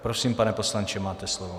Prosím, pane poslanče, máte slovo.